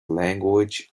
language